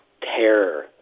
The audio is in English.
terror